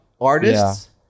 artists